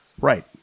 Right